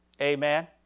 Amen